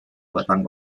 batang